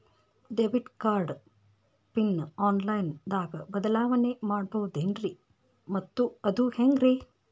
Debit card PIN online ದಾಗ ಬದಲಾವಣೆ ಮಾಡಬಹುದೇನ್ರಿ ಮತ್ತು ಅದು ಹೆಂಗ್ರಿ?